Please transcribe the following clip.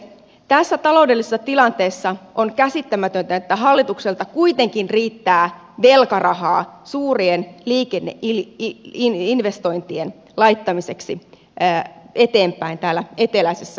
tässä taloudellisessa tilanteessa on käsittämätöntä että hallitukselta kuitenkin riittää velkarahaa suurien liikenneinvestointien laittamiseksi eteenpäin täällä eteläisessä suomessa